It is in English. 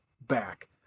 back